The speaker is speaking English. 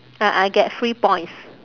ah I get free points